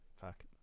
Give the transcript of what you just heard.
Fuck